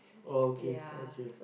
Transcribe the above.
okay okay